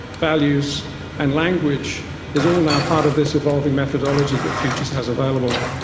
values and language is all now part of this evolving methodology that futures has available.